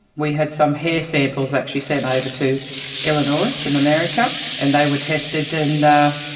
we had some hair samples actually sent over to illinois in america and they were tested and